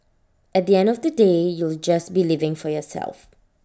at the end of the day you'll just be living for yourself